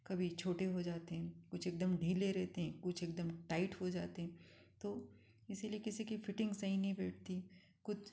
कभी छोटे हो जाते हैं कुछ एकदम ढीले रेहते हैं कुछ एकदम टाइट हो जाते हैं तो इसीलिए किसी की फ़िटिंग सही नहीं बैठती कुछ